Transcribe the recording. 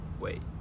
Wait